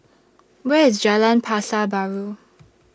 Where IS Jalan Pasar Baru